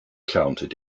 counted